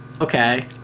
okay